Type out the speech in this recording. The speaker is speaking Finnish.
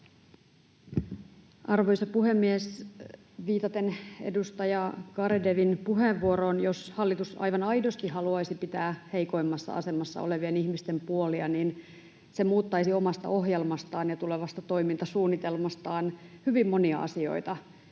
Arvoisa puhemies! Viitaten edustaja Garedewin puheenvuoroon: Jos hallitus aivan aidosti haluaisi pitää heikoimmassa asemassa olevien ihmisten puolia, se muuttaisi omasta ohjelmastaan ja tulevasta toimintasuunnitelmastaan hyvin monia asioita.